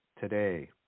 today